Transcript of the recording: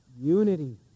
unity